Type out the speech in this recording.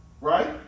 Right